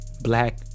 black